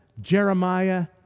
Jeremiah